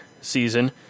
season